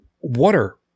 water